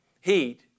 heat